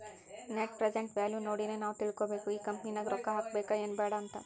net present value ನೋಡಿನೆ ನಾವ್ ತಿಳ್ಕೋಬೇಕು ಈ ಕಂಪನಿ ನಾಗ್ ರೊಕ್ಕಾ ಹಾಕಬೇಕ ಎನ್ ಬ್ಯಾಡ್ ಅಂತ್